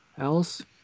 else